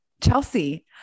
Chelsea